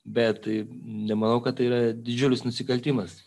bet nemanau kad tai yra didžiulis nusikaltimas